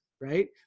right